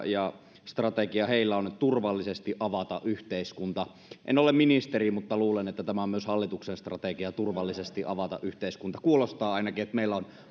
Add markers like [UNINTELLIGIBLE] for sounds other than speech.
[UNINTELLIGIBLE] ja strategia heillä on turvallisesti avata yhteiskunta en ole ministeri mutta luulen että tämä on myös hallituksen strategia turvallisesti avata yhteiskunta kuulostaa ainakin että meillä on